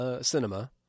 Cinema